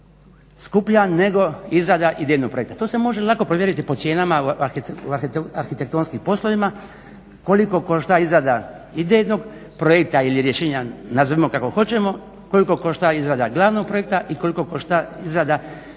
skuplja nego izrada idejnog projekta. To se može lako provjeriti po cijenama u arhitektonskim poslovima koliko košta izrada idejnog projekta ili rješenja nazovimo kako hoćemo, koliko košta izrada glavnog projekta i koliko košta izrada izvedbenog projekta.